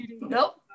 nope